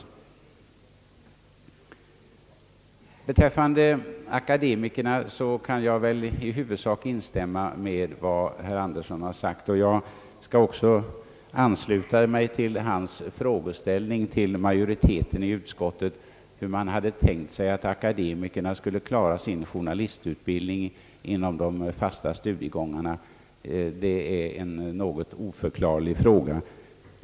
När det gäller akademikerna kan jag i huvudsak instämma med herr Andersson och även ansluta mig till den fråga han ställde till utskottsmajoriteten: Hur har man tänkt sig att akademikerna skulle klara sin journalistutbildning inom de fasta studiegångarna? Det är en något oförklarlig punkt.